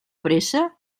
pressa